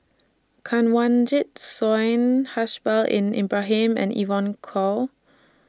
Kanwaljit Soin Haslir Bin Ibrahim and Evon Kow